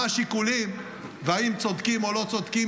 מה השיקולים ואם צודקים או לא צודקים,